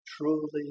truly